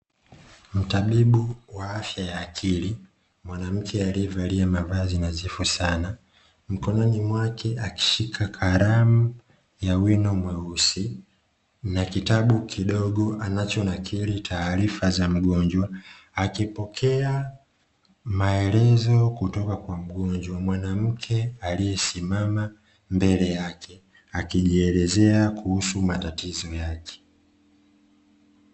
Mtabibu wa afya ya akili mwanamke aliyevalia mavazi nadhifu sana, mkononi mwake akishika kalamu ya wino mweusi na kitabu kidogo anacho nakiri taarifa za mgonjwa. Akipokea maelezo kutoka kwa mgonjwa mwanamke aliyesimama mbele yake akijielezea kuhusu matatizo yake.